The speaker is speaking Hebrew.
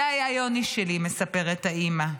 זה היה יוני שלי, מספרת האימא.